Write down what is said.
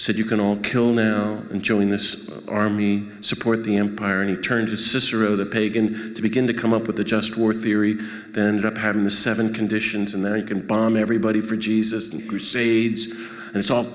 said you can all kill now enjoying this army support the empire and turn to cicero the pagan to begin to come up with the just war theory and up having the seven conditions and then you can bomb everybody for jesus and crusades and it's all